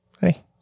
Hey